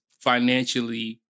financially